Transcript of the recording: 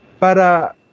para